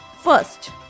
first